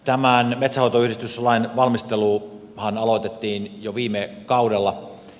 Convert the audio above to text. tämän metsänhoitoyhdistyslain valmisteluhan aloitettiin jo viime kaudella